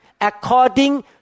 according